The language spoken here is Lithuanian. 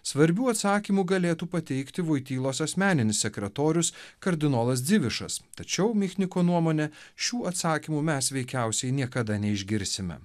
svarbių atsakymų galėtų pateikti voitylos asmeninis sekretorius kardinolas dzivišas tačiau michniko nuomone šių atsakymų mes veikiausiai niekada neišgirsime